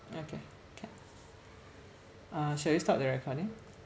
yeah okay can uh shall we stop the recording